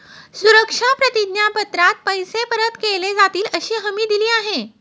सुरक्षा प्रतिज्ञा पत्रात पैसे परत केले जातीलअशी हमी दिली आहे